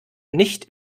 nicht